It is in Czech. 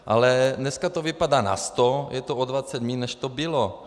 Ale dneska to vypadá na 100, je to o 20 míň, než to bylo.